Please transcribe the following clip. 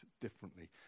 differently